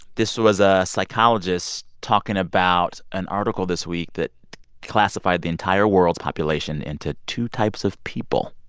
this was a psychologist talking about an article this week that classified the entire world's population into two types of people